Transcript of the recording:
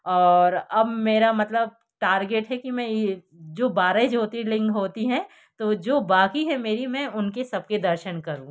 और अब मेरा मतलब टारगेट है कि ये जो बारह ज्योतिर्लिंग होती हैं तो जो बाकि है मेरी मैं उनके सबके दर्शन करूँ